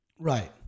Right